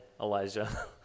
Elijah